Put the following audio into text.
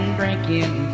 drinking